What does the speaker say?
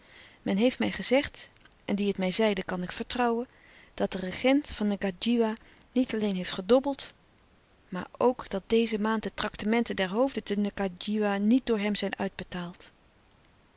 men heeft mij gezegd en die het mij zeiden kan ik vertrouwen dat de regent van ngadjiwa niet alleen heeft gedobbeld maar ook dat deze maand de traktementen der hoofden te ngadjiwa niet door hem zijn uitbetaald